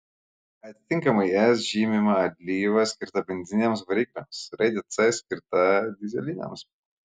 atitinkamai s žymima alyva skirta benzininiams varikliams raide c skirta dyzeliams